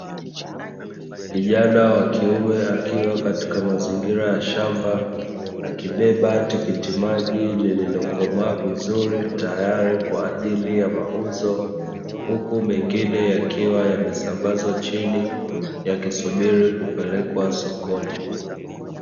Kijana wakiume akiwa katika mazingira ya shamba, akibeba tikitimaji lililokomaa vizuri tayari kwa ajili ya mauzo. Huku mengine yakiwa yamesambazwa chini yakisubiri kupelekwa sokoni.